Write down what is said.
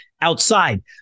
outside